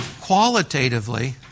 qualitatively